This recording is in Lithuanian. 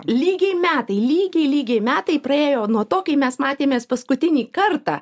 lygiai metai lygiai lygiai metai praėjo nuo to kai mes matėmės paskutinį kartą